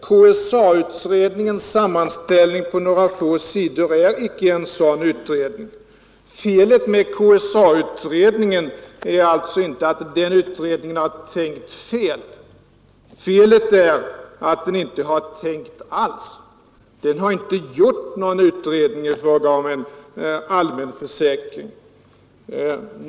KSA-utredningens sammanställning på några få sidor är inte en sådan utredning. Felet med KSA-utredningen är inte att den har tänkt fel; felet är att den inte har tänkt alls. Den har inte gjort någon utredning om en allmän försäkring.